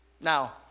Now